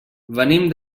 venim